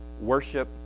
worship